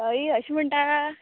हयी अशें म्हुणटा